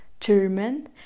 German